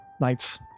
nights